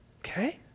Okay